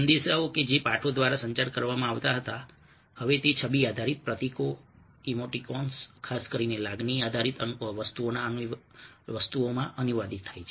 સંદેશાઓ કે જે પાઠો દ્વારા સંચાર કરવામાં આવતા હતા હવે તે છબી આધારિત પ્રતીકો ઇમોટિકોન્સ ખાસ કરીને લાગણી આધારિત વસ્તુઓમાં અનુવાદિત થાય છે